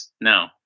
No